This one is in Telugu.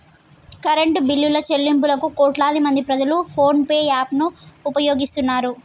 కరెంటు బిల్లుల చెల్లింపులకు కోట్లాదిమంది ప్రజలు ఫోన్ పే యాప్ ను ఉపయోగిస్తున్నారు